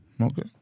Okay